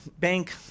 bank